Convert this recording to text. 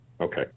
Okay